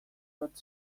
bat